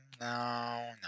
no